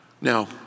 Now